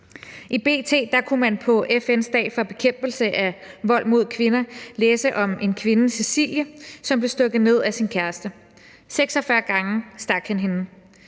I B.T. kunne man på FN's dag for bekæmpelse af vold mod kvinder læse om en kvinde, Cecilie, som blev stukket ned af sin kæreste. 46 gange stak han hende.